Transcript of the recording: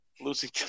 losing